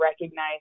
recognize